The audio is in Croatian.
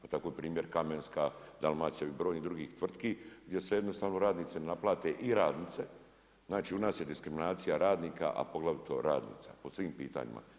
Pa tako je primjer Kamenska, Dalmacija i brojni drugi tvrtki, gdje se jednostavno radnici naplate i radnice, znači u nas je diskriminacija radnika, a poglavito radnica, po svim pitanjima.